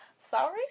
Sorry